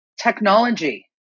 technology